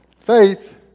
faith